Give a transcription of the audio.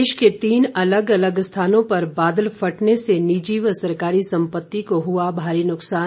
प्रदेश के तीन अलग अलग स्थानों पर बादल फटने से निजी व सरकारी सम्पत्ति को हुआ भारी नुक्सान